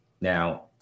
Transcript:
Now